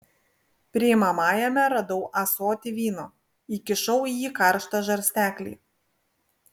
priimamajame radau ąsotį vyno įkišau į jį karštą žarsteklį